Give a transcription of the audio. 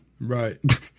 Right